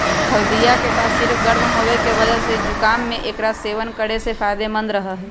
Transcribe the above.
हल्दीया के तासीर गर्म होवे के वजह से जुकाम में एकरा सेवन करे से फायदेमंद रहा हई